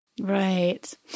Right